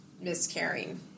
miscarrying